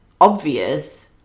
obvious